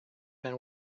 been